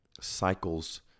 cycles